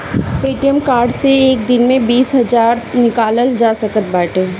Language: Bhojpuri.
ए.टी.एम कार्ड से एक दिन में बीस हजार निकालल जा सकत बाटे